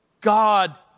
God